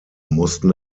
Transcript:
mussten